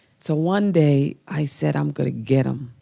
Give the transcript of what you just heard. so one day i said i'm going to get him.